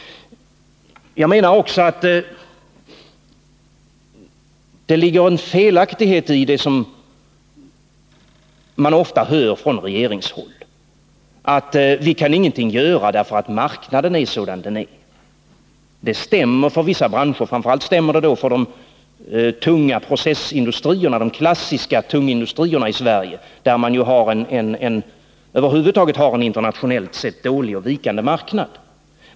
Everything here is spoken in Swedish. Jag menar också att det ligger en felaktighet i det som man ofta hör från regeringshåll, att vi ingenting kan göra därför att marknaden är sådan den är. Det stämmer för vissa branscher, framför allt för de tunga processindustrierna, de klassiska tunga industrierna i Sverige. Inom den branschen har man över huvud taget en internationellt sett dålig och vikande marknad.